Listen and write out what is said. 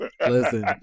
listen